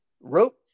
wrote